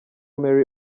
mary